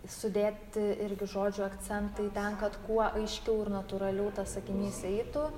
sudėti irgi žodžių akcentai ten kad kuo aiškiau ir natūraliau tas sakinys eitų